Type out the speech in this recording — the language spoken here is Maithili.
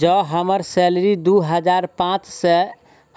जँ हम्मर सैलरी दु हजार पांच सै